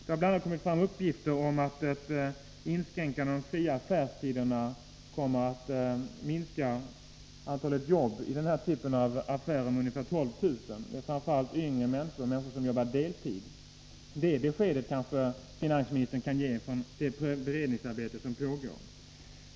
Det har bl.a. kommit fram uppgifter om att ett inskränkande av de fria affärstiderna kommer att minska antalet arbeten med ungefär 12 000 i denna typ av affärer. Detta drabbar framför allt yngre människor — människor som arbetar deltid. Finansministern kanske kan ge ett besked om det beredningsarbete som pågår.